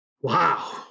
Wow